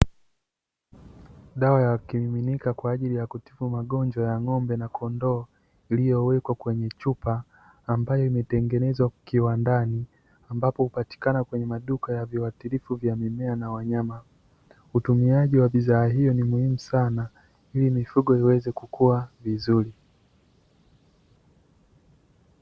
Dawa ya kimiminika kwa ajili ya kutibu magonjwa ya ng'ombe na kondoo iliyo wekwa kwenye chupa ambayo imetengenezwa kiwandani ambapo hupatikana kwenye maduka ya viwatilifu vya mimea na wanyama. Utumiaji wa bidhaa hiyo ni muhimu sana ili mifugo iweze kukua vizuri.